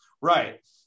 Right